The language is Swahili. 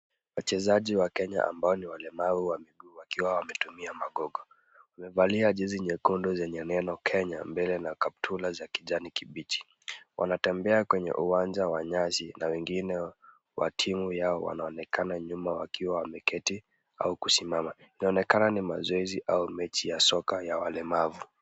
Wachezaji wa Kenya ambao ni walemavu wa miguu wakiwa wametumia magogo. Wamevalia jezi nyekundu zenye neno Kenya mbele na kaptura za kijani kibichi. Wanatembea kwenye uwanja wa nyasi na wengine wa timu yao wanaonekana nyuma wakiwa wameketi au kusimama. Inaonekana ni mazoezi au mechi ya soka ya walemavu.